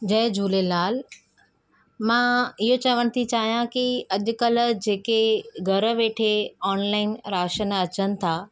जय झूलेलाल मां इहो चवण थी चाहियां की अॼुकल्ह जेके घर वेठे ऑनलाइन राशन अचनि था